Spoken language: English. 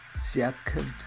second